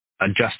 adjust